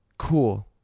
cool